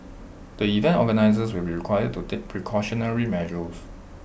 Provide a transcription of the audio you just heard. the event organisers will require to take precautionary measures